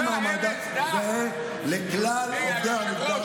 ולרבני ישראל יהיה מעמד זהה לכלל עובדי המגזר הציבורי.